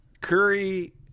Curry